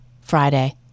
Friday